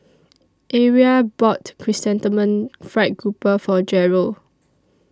Aria bought Chrysanthemum Fried Grouper For Jerel